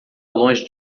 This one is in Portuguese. longe